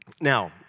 Now